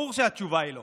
ברור שהתשובה היא לא.